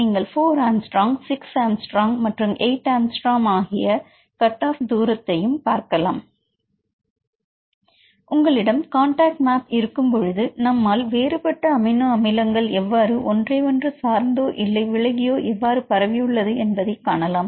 நீங்கள் 4A 6A மற்றும் 8A ஆகிய கட் ஆஃப் தூரத்தையும் பார்க்கலாம் உங்களிடம் காண்டாக்ட் மேப் இருக்கும்பொழுது நம்மால் வேறுபட்ட அமினோ அமிலங்கள் எவ்வாறு ஒன்றை ஒன்று சார்ந்தோ இல்லை விலகியோ எவ்வாறு பரவியுள்ளது என்பதை காணலாம்